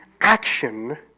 action